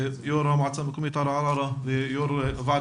יו"ר המועצה המקומית עארה ויו"ר הוועד